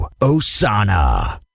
Osana